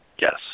Yes